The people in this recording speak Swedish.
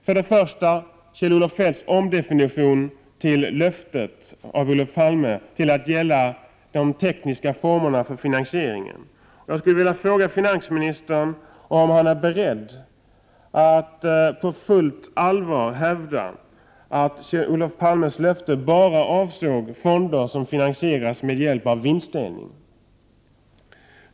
För det första är det Kjell-Olof Feldts omdefinition av löftet av Olof Palme till att gälla de tekniska formerna för finansieringen. Är finansministern beredd att på fullt allvar hävda att Olof Palmes löfte bara avsåg fonder som finansieras med hjälp av vinstdelning?